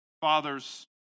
father's